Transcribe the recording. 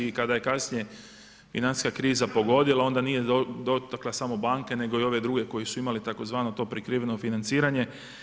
I kada je kasnije financijska kriza pogodila, onda nije dotakla samo banke nego i ove druge koje su imale tzv. to prikriveno financiranje.